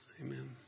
Amen